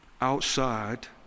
outside